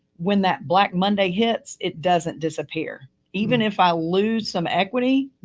when that black monday hits, it doesn't disappear. even if i lose some equity,